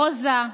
רוז'ה,